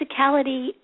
physicality